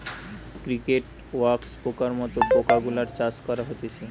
cricket, wax পোকার মত পোকা গুলার চাষ করা হতিছে